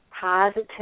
positive